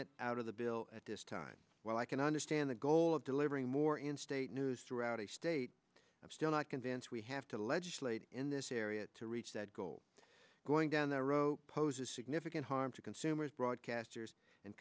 it out of the bill at this time while i can understand the goal of delivering more in state news throughout a state of still not convinced we have to legislate in this area to reach that goal going down the road poses significant harm to consumers broadcasters and